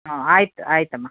ಹಾಂ ಆಯಿತು ಆಯಿತಮ್ಮ